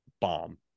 Bomb